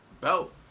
belt